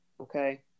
okay